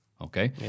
Okay